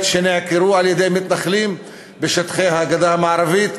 שנעקרו על-ידי מתנחלים בשטחי הגדה המערבית.